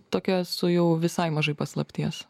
tokia su jau visai mažai paslapties